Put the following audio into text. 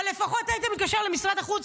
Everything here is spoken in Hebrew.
או שלפחות היית מתקשר למשרד החוץ,